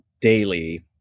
daily